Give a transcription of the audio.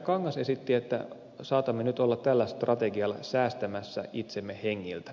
kangas esitti että saatamme nyt olla tällä strategialla säästämässä itsemme hengiltä